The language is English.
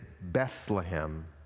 Bethlehem